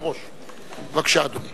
תודה רבה, אדוני